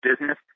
business